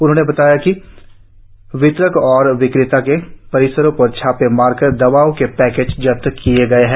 उन्होंने बताया कि वितरक और विक्रेता के परिसरों पर छापे मारकर दवाओं के पैकेज जब्त किये गये हैं